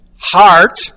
heart